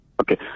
okay